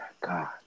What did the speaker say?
God